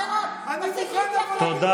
תודה